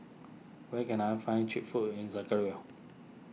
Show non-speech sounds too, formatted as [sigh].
where can I find Cheap Food in [unintelligible]